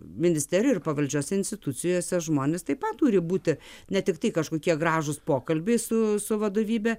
ministerijai ir pavaldžiose institucijose žmonės taip pat turi būti ne tiktai kažkokie gražūs pokalbiai su su vadovybe